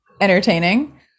entertaining